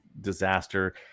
disaster